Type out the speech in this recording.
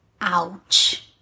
ouch